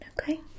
okay